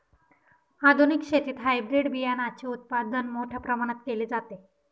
आधुनिक शेतीत हायब्रिड बियाणाचे उत्पादन मोठ्या प्रमाणात केले जाते